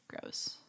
gross